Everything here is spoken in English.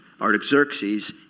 Artaxerxes